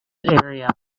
area